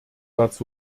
kurz